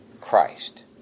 Christ